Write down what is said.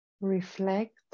Reflect